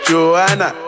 Joanna